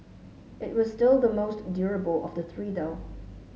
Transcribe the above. it was still the most durable of the three though